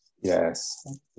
Yes